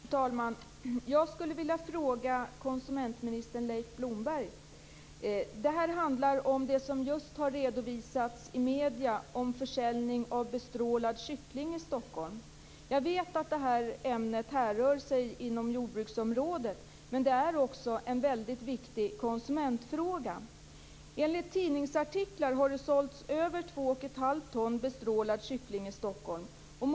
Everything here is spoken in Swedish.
Fru talman! Jag skulle vilja ställa en fråga till konsumentminister Leif Blomberg. Det här handlar om det som just har redovisats i medierna om försäljning av bestrålad kyckling i Stockholm. Jag vet att det här ämnet härrör från jordbruksområdet, men det är också en väldigt viktig konsumentfråga. Enligt tidningsartiklar har det sålts över 2 1⁄2 ton bestrålad kyckling i Stockholm.